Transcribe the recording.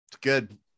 good